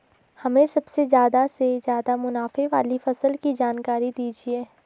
हमें सबसे ज़्यादा से ज़्यादा मुनाफे वाली फसल की जानकारी दीजिए